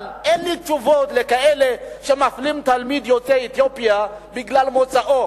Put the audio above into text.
אבל אין לי תשובות על כאלה שמפלים תלמיד יוצא אתיופיה בגלל מוצאו.